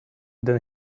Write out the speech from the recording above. than